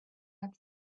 had